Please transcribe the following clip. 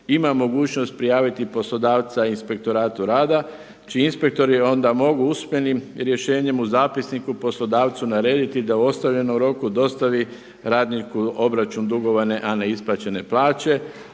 ima mogućnost prijaviti poslodavca inspektoratu rada čiji inspektori onda mogu usmenim rješenjem u zapisniku poslodavcu narediti da u …/Govornik se ne razumije./… dostavi radniku obračun dugovane a ne isplaćene plaće